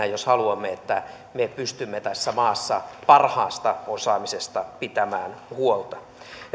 jos haluamme että me pystymme tässä maassa parhaasta osaamisesta pitämään huolta